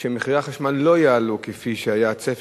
שמחירי החשמל לא יעלו כפי שהיה הצפי,